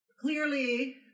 clearly